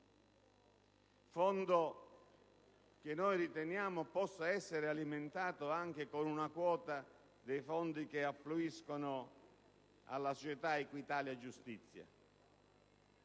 e che noi riteniamo possa essere alimentato anche con una quota dei fondi che affluiscono alla società Equitalia Giustizia.